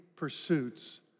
Pursuits